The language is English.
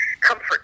comfort